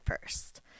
first